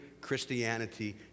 Christianity